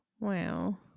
wow